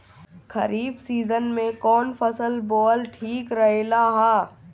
खरीफ़ season में कौन फसल बोअल ठिक रहेला ह?